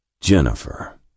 Jennifer